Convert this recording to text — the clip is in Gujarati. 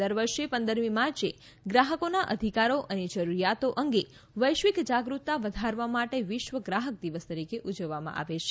દર વર્ષે પંદરમી માર્ચે ગ્રાહકના અધિકારો અને જરૃરિયાતો અંગે વૈશ્વિક જાગૃતતા વધારવા માટે વિશ્વ ગ્રાહક દિવસ તરીકે ઉજવવામાં આવે છે